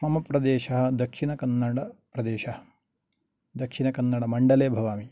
मम प्रदेशः दक्षिनकन्नडप्रदेशः दक्षिणकन्नडमण्डले भवामि